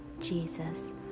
jesus